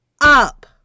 up